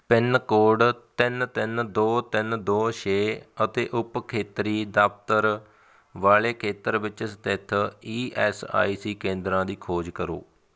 pin code ਤਿੰਨ ਤਿੰਨ ਦੋ ਤਿੰਨ ਦੋ ਛੇ ਅਤੇ ਉਪ ਖੇਤਰੀ ਦਫ਼ਤਰ ਵਾਲੇ ਖੇਤਰ ਵਿੱਚ ਸਥਿਤ ਈ ਐੱਸ ਆਈ ਸੀ ਕੇਂਦਰਾਂ ਦੀ ਖੋਜ ਕਰੋ